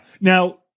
Now